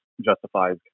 justifies